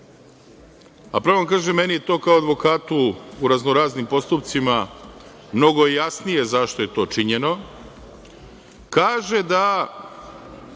da vam kažem meni je to kao advokatu u razno-raznim postupcima mnogo jasnije zašto je to činjeno, kaže da